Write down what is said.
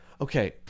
okay